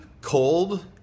cold